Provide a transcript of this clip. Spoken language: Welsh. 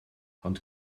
ond